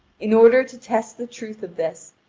in order to test the truth of this,